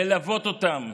ללוות אותם,